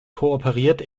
kooperiert